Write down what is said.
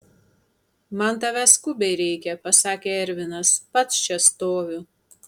man tavęs skubiai reikia pasakė ervinas pats čia stoviu